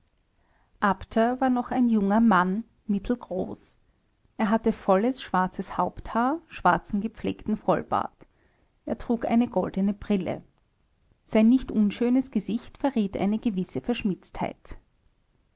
abter war noch ein junger mann mittelgroß er hatte volles schwarzes haupthaar schwarzen gepflegten vollbart er trug eine goldene brille sein nicht unschönes gesicht verriet eine gewisse verschmitztheit